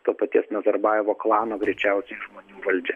to paties nazarbajevo klano greičiausiai žmonių valdžia